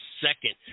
second